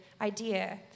idea